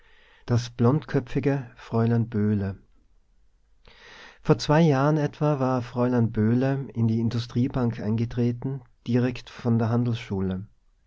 das blondköpfige fräulein böhle vor zwei jahren etwa war fräulein böhle in die industriebank eingetreten direkt von der